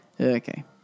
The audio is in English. okay